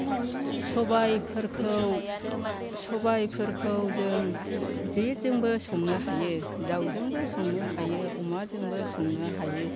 सबाइफोरखौ जों जेजोंबो संनो हायो दाउजोंबो संनो हायो अमाजोंबो संनो हायो